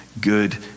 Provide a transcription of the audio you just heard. good